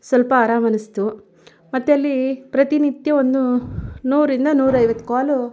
ಸ್ವಲ್ಪ ಆರಾಮ ಅನ್ನಿಸ್ತು ಮತ್ತೆ ಅಲ್ಲಿ ಪ್ರತಿ ನಿತ್ಯ ಒಂದು ನೂರರಿಂದ ನೂರೈವತ್ತು ಕಾಲು